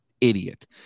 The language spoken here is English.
idiot